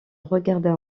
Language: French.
regarda